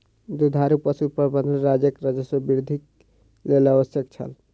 दुधारू पशु प्रबंधन राज्यक राजस्व वृद्धिक लेल आवश्यक छल